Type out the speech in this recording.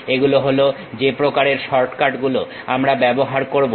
এগুলো হলো যে প্রকারের শর্টকাট গুলো আমরা ব্যবহার করবো